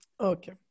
Okay